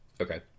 Okay